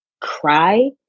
Cry